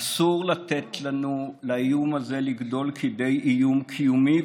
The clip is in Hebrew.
אסור לתת לאיום הזה לגדול לכדי איום קיומי,